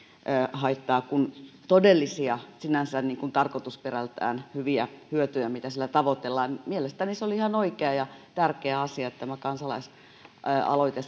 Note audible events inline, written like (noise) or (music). haittaa kuin todellisia sinänsä tarkoitusperältään hyviä hyötyjä mitä sillä tavoitellaan mielestäni se oli ihan oikea ja tärkeä asia että tämä kansalaisaloite (unintelligible)